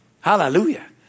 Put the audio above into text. Hallelujah